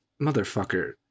Motherfucker